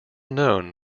known